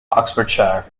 oxfordshire